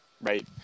Right